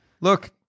Look